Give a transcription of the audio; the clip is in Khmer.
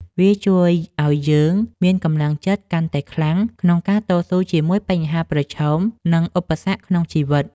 វាជួយឱ្យយើងមានកម្លាំងចិត្តកាន់តែខ្លាំងក្នុងការតស៊ូជាមួយបញ្ហាប្រឈម និងឧបសគ្គក្នុងជីវិត។